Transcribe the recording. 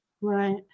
right